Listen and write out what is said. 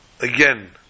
again